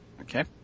Okay